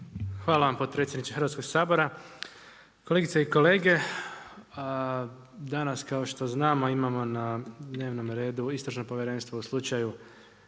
Hvala vam potpredsjedniče Hrvatskoga sabora. Kolegice i kolege, danas kao što znamo imamo na dnevnom redu istražno povjerenstvo u slučaju